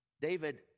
David